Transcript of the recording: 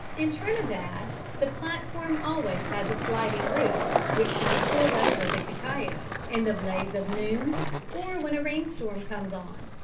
in trinidad the platform always has a sliding roof, which can be pulled over the cacao in the blaze of noon or when a rainstorm comes on.